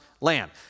land